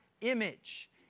image